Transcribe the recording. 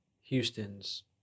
Houston's